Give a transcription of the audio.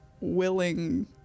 willing